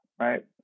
right